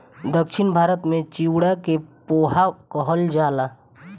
दक्षिण भारत में चिवड़ा के पोहा कहल जाला